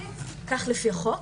הפטנטים - כך לפי החוק.